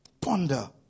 ponder